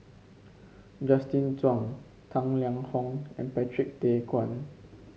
Justin Zhuang Tang Liang Hong and Patrick Tay Teck Guan